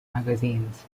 magazines